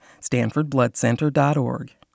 StanfordBloodCenter.org